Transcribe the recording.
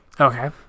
Okay